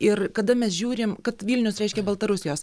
ir kada mes žiūrim kad vilnius reiškia baltarusijos